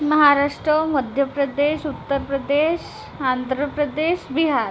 Maharashtra Madhya Pradesh Uttar Pradesh Andhra Pradesh Bihar